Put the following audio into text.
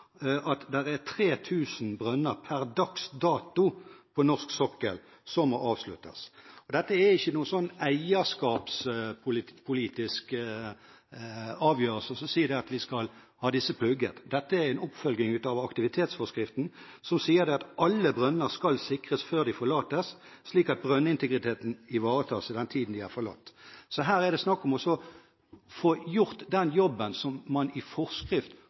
per dags dato er 3 000 brønner på norsk sokkel som må avsluttes. Dette er ikke noen eierskapspolitisk avgjørelse der man sier at disse skal plugges. Dette er en oppfølging av aktivitetsforskriften, som sier: «Alle brønner skal sikres før de forlates slik at brønnintegriteten ivaretas i den tiden de er forlatt.» Her er det snakk om å få gjort den jobben som man i forskrift